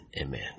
Amen